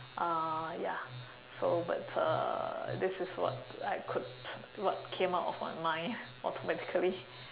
uh ya so but uh this is what I could what came out of my mind automatically